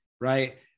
right